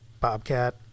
Bobcat